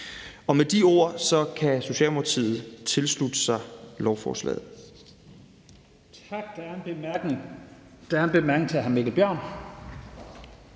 Med de ord kan Socialdemokratiet tilslutte sig lovforslaget.